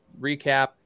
recap